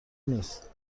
نیست